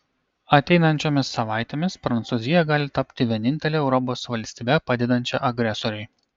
ateinančiomis savaitėmis prancūzija gali tapti vienintele europos valstybe padedančia agresoriui